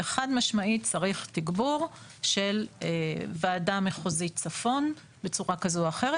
וחד משמעית צריך תגבור של ועדה מחוזית צפון בצורה כזו או אחרת.